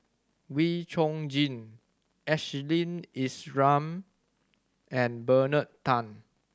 Wee Chong Jin Ashley Isham and Bernard Tan